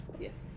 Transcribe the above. Yes